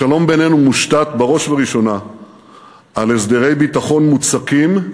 השלום בינינו מושתת בראש ובראשונה על הסדרי ביטחון מוצקים,